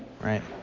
right